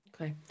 Okay